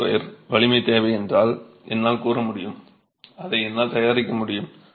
5 Nmm2 வலிமை தேவை என்று என்னால் கூற முடியும் அதை என்னால் தயாரிக்க முடியும்